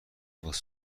واسه